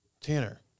Tanner